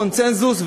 בקונסנזוס,